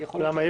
למה?